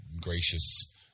gracious